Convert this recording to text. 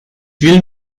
will